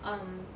um